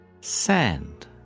sand